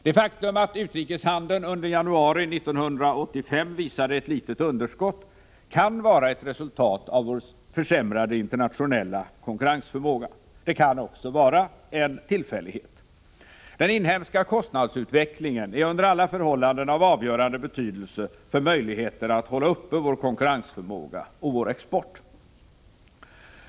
Det faktum att utrikeshandeln under januari 1985 visade ett underskott kan vara ett resultat av vår försämrade internationella konkurrensförmåga. Det kan också vara en tillfällighet. Den inhemska kostnadsutvecklingen är under alla förhållanden av avgörande betydelse för möjligheterna att hålla uppe vår konkurrensförmåga och vår export.